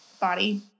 body